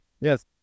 Yes